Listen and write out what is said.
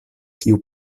kiu